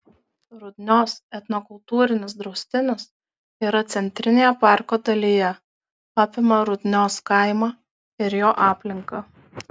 rudnios etnokultūrinis draustinis yra centrinėje parko dalyje apima rudnios kaimą ir jo aplinką